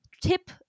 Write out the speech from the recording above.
tip